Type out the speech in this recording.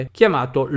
chiamato